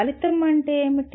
ఫలితం ఏమిటి